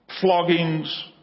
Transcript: floggings